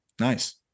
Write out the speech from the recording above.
Nice